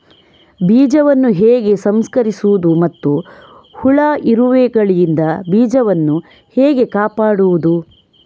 ಬೀಜವನ್ನು ಹೇಗೆ ಸಂಸ್ಕರಿಸುವುದು ಮತ್ತು ಹುಳ, ಇರುವೆಗಳಿಂದ ಬೀಜವನ್ನು ಹೇಗೆ ಕಾಪಾಡುವುದು?